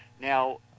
Now